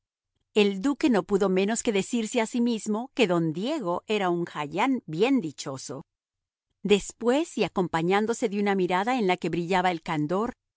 el duque no pudo menos de decirse a sí mismo que don diego era un jayán bien dichoso después y acompañándose de una mirada en la que brillaba el candor